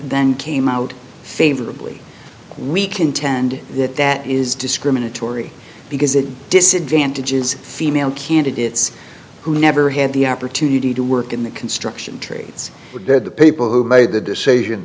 then came out favorably we contend that that is discriminatory because it disadvantages female candidates who never had the opportunity to work in the construction trades or did the people who made the decision